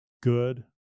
good